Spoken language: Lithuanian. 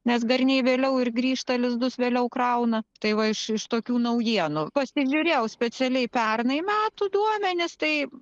nes garniai vėliau ir grįžta lizdus vėliau krauna tai va iš iš tokių naujienų pasižiūrėjau specialiai pernai metų duomenis tai